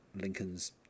Lincoln's